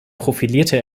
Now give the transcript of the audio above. profilierte